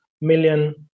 million